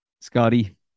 Scotty